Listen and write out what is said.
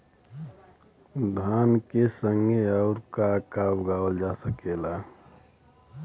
धान के संगे आऊर का का उगावल जा सकेला?